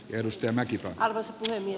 niinistö näki varas kiinni